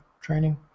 training